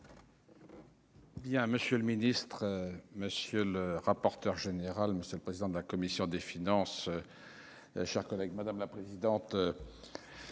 a un monsieur le ministre, monsieur le rapporteur général, monsieur le président de la commission des finances, chers collègues, madame la présidente,